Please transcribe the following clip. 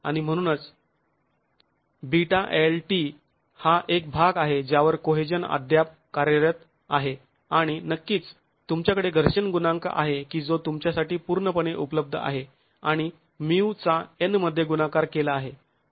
आणि म्हणूनच βlt हा एक भाग आहे ज्यावर कोहेजन अद्याप कार्यरत आहे आणि नक्कीच तुमच्याकडे घर्षण गुणांक आहे की जो तुमच्यासाठी पूर्णपणे उपलब्ध आहे आणि μ चा N मध्ये गुणाकार केला आहे